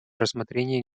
рассмотрении